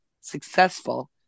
successful